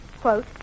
quote